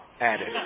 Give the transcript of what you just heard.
added